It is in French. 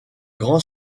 grand